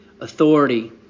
authority